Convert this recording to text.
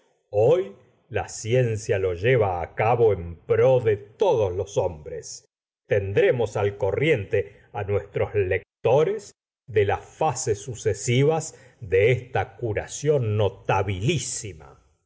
hoy la ciencia lo lleva á cabo en pro de todos los hombres tendremos al corriente á nuestros lectores de las fases sucesivas de esta curación